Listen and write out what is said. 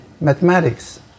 mathematics